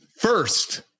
first